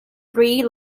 three